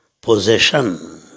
possession